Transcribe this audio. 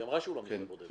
היא אמרה שהוא לא מקרה בודד.